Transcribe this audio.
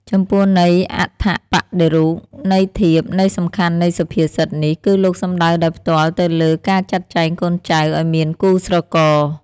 ចំពោះន័យអត្ថប្បដិរូប ន័យធៀប ន័យសំខាន់នៃសុភាសិតនេះ គឺលោកសំដៅដោយផ្ទាល់ទៅលើ ការចាត់ចែងកូនចៅឱ្យមានគូស្រករ។